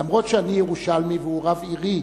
אף-על-פי שאני ירושלמי והוא רב עירי,